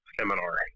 seminar